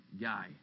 guy